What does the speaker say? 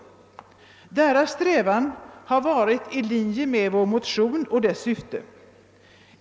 Deras strävan ligger helt i linje med våra motioner och deras syfte.